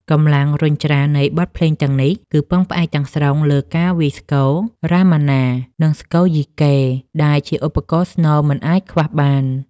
កម្លាំងរុញច្រាននៃបទភ្លេងទាំងនេះ គឺពឹងផ្អែកទាំងស្រុងលើការវាយស្គរ រាមាណា និង ស្គរយីកេ ដែលជាឧបករណ៍ស្នូលមិនអាចខ្វះបាន។